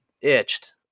itched